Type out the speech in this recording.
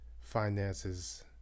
finances